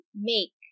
make